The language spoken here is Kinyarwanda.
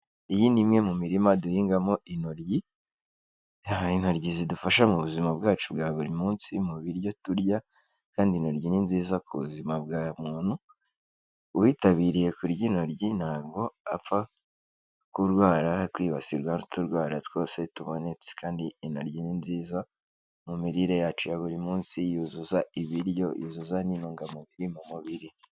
Iyi ni imwe mu mirima duhingamo intoryi, aha hari intoryi zidufasha mu buzima bwacu bwa buri munsi mu biryo turya kandi intoryi ni nziza ku buzima bwa muntu, uwitabiriye kurya intoryi ntabwo apfa kurwara, kwibasirwa n'uturwara twose tubonetse kandi intoryi ni nziza mu mirire yacu ya buri munsi, yuzuza ibiryo, yuzuza n'intungamubiri mu mubiri.